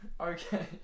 Okay